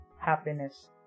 happiness